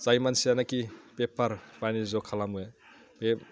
जाय मानसियानोखि बेफार बानिज्य' खालामो बे